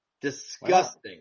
Disgusting